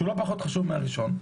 שהוא לא פחות חשוב מהראשון,